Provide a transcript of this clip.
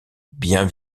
bien